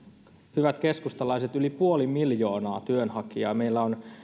hyvät keskustalaiset yli puoli miljoonaa työnhakijaa ja meillä on